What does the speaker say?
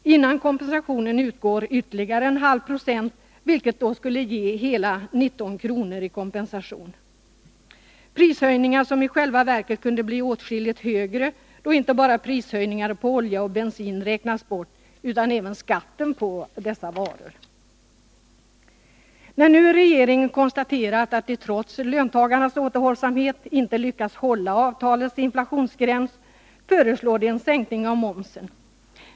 Innan kompensationen utgår tillkommer ytterligare en halv procent, vilket skulle ge hela 19 kr. i kompensation. Prishöjningarna kunde i själva verket bli åtskilligt högre, då inte bara prishöjningar på olja och bensin skulle räknas bort utan även skatten på dessa varor. När nu regeringen konstaterat att den trots löntagarnas återhållsamhet inte lyckats hålla avtalets inflationsgräns, föreslår den en sänkning av momsen.